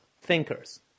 thinkers